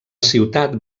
ciutat